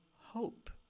hope